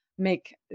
make